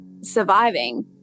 surviving